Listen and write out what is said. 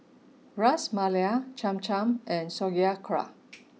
Ras Malai Cham Cham and Sauerkraut